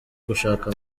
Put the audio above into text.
gushaka